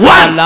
One